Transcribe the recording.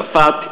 צרפת,